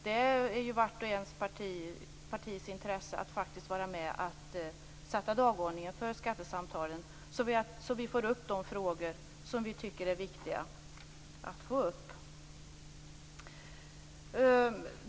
Det ligger ju i varje partis intresse att faktiskt vara med och sätta dagordningen för skattesamtalen för att vi skall få upp de frågor som vi tycker är viktiga.